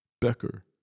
Becker